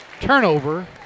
Turnover